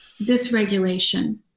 dysregulation